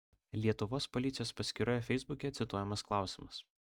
lietuvos policijos paskyroje feisbuke cituojamas klausimas